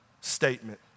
statement